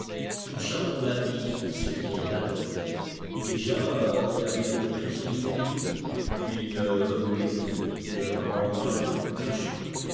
tout le charbon de la mine qu'il se tirait de la gorge déjà il avait repris son immobilité il ne remuait plus de loin en loin que pour cracher